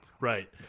Right